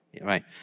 Right